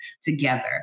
together